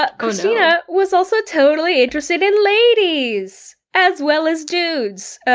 ah kristina was also totally interested in ladies! as well as dudes,